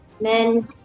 Men